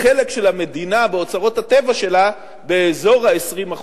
לחלק של המדינה באוצרות הטבע שלה באזור ה-20%.